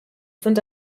sind